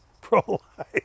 pro-life